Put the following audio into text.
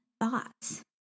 thoughts